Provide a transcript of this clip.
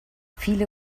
viele